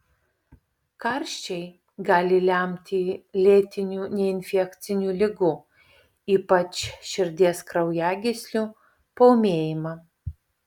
karščiai gali lemti lėtinių neinfekcinių ligų ypač širdies kraujagyslių paūmėjimą